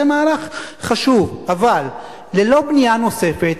זה מהלך חשוב, אבל ללא בנייה נוספת,